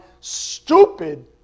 stupid